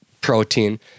protein